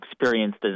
experienced